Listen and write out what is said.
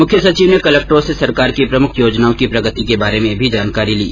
मुख्य सचिव ने कलक्टरों से सरकार की प्रमुख योजनाओं की प्रगति के बारे में भी जानकारी ली